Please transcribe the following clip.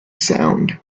sound